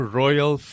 royal